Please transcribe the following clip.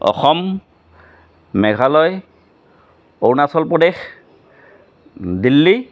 Assam Meghalaya Arunachal Pradesh Delhi